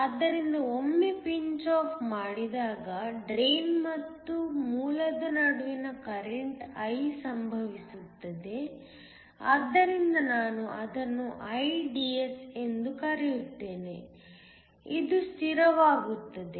ಆದ್ದರಿಂದ ಒಮ್ಮೆ pinch off ಮಾಡಿದಾಗ ಡ್ರೈನ್ ಮತ್ತು ಮೂಲದ ನಡುವೆ ಕರೆಂಟ್ I ಸಂಭವಿಸುತ್ತದೆ ಆದ್ದರಿಂದ ನಾನು ಅದನ್ನು IDS ಎಂದು ಕರೆಯುತ್ತೇನೆ ಇದು ಸ್ಥಿರವಾಗುತ್ತದೆ